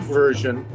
version